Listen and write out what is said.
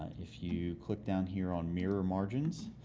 if you click down here on mirror margins,